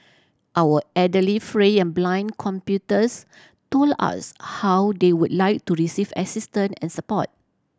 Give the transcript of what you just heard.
our elderly frail and blind computers told us how they would like to receive assistance and support